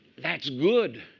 that's good.